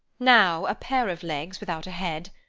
now a pair of legs without a head,